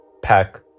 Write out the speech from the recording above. pack